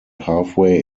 halfway